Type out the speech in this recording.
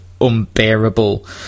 unbearable